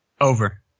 Over